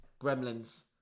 Gremlins